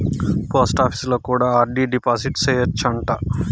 పోస్టాపీసులో కూడా RD deposit సేయచ్చు అంట